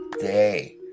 day